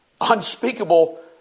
Unspeakable